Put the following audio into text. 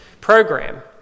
program